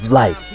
life